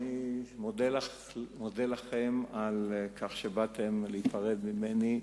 אני מודה לכם על כך שבאתם להיפרד ממני,